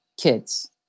kids